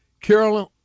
Carolyn